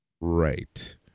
Right